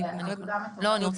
כן בטח.